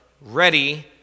ready